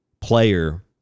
player